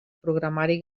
programari